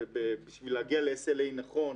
בשביל להגיע ל-SLA נכון,